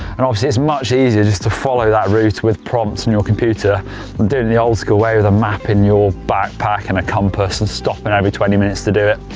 and obviously it's much easier just to follow that route with prompts on and your computer than doing the old school way with a map in your backpack and a compass and stopping every twenty minutes to do it.